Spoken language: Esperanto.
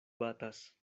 batas